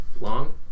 long